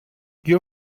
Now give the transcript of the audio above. your